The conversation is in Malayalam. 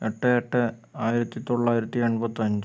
എട്ട് എട്ട് ആയിരത്തി തൊള്ളായിരത്തി എൺപത്തി അഞ്ച്